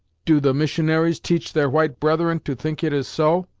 do the missionaries teach their white brethren to think it is so?